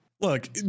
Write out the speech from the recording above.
Look